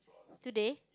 today